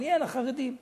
מעניין החרדים.